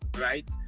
right